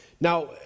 Now